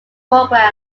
program